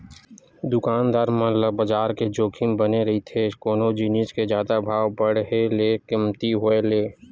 दुकानदार मन ल बजार के जोखिम बने रहिथे कोनो जिनिस के जादा भाव बड़हे ले कमती होय ले